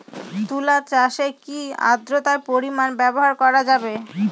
তুলা চাষে কি আদ্রর্তার পরিমাণ ব্যবহার করা যাবে?